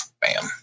Bam